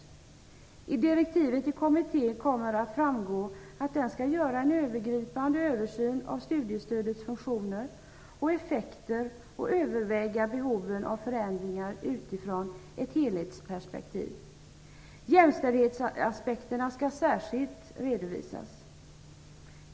Av direktiven till kommittén kommer att framgå att den skall göra en övergripande översyn av studiestödets funktion och effekter och överväga behoven av förändringar i ett helhetsperspektiv. Jämställdhetsaspekter skall särskilt redovisas.